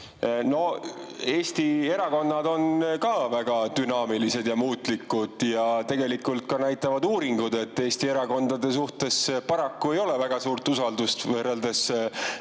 No Eesti erakonnad on ka väga dünaamilised ja muutlikud. Tegelikult ka uuringud näitavad, et Eesti erakondade suhtes paraku ei ole väga suurt usaldust võrreldes